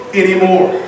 anymore